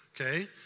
okay